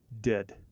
dead